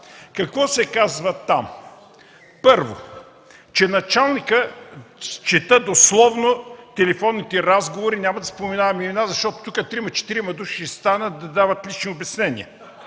Какво се казва там? Първо, че началникът – чета дословно телефонните разговори, няма да споменавам имена, защото тук трима-четирима души ще станат да дават лично обяснение,